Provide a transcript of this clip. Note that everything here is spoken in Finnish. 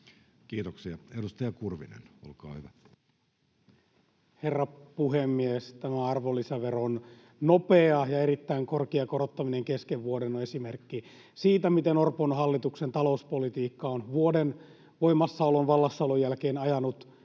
muuttamisesta Time: 13:50 Content: Herra puhemies! Tämä arvonlisäveron nopea ja erittäin korkea korottaminen kesken vuoden on esimerkki siitä, miten Orpon hallituksen talouspolitiikka on vuoden voimassaolon, vallassaolon, jälkeen ajanut